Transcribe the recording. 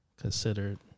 considered